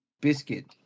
biscuit